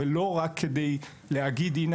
ולא רק כדי להגיד "הינה,